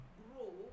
grow